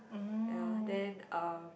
ya then uh